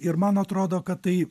ir man atrodo kad tai